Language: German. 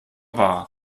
wahr